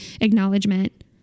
acknowledgement